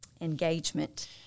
engagement